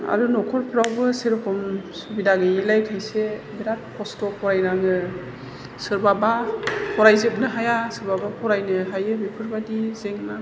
आरो नखरफ्रावबो सेरखम सुबिदा गैयैलाय खायसे बिराद खस्थ' फरायनाङो सोरबाबा फरायजोबनो हाया सोरबाबा फरायनो हायो बेफोरबायदि जेंना